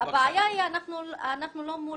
הבעיה היא, אנחנו לא מול